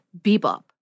Bebop